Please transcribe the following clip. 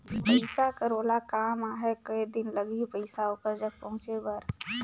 पइसा कर ओला काम आहे कये दिन लगही पइसा ओकर जग पहुंचे बर?